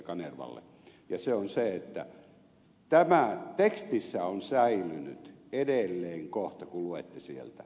kanervalle ja se on se että tekstissä on säilynyt edelleen kohta kun luette sieltä